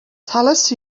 talais